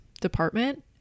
department